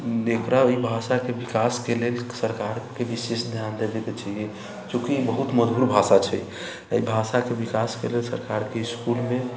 जेकरा ई भाषाके विकासके लेल सरकारके विशेष ध्यान देबेके चाहिए चूँकि ई बहुत मधुर भाषा छै एहि भाषाके विकास करय के लेल सरकारके इसकुलमे